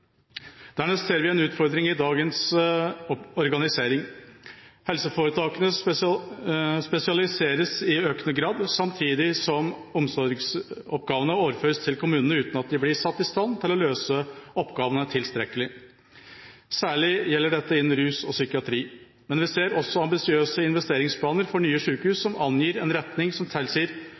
Dernest ser vi en utfordring i dagens organisering. Helseforetakene spesialiseres i økende grad, samtidig som omsorgsoppgavene overføres til kommunene, uten at de blir satt i stand til å løse oppgavene tilstrekkelig. Særlig gjelder dette innen rus og psykiatri, men vi ser også ambisiøse investeringsplaner for nye sykehus, som angir en retning som tilsier